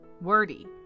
Wordy